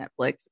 Netflix